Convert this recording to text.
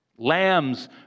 Lambs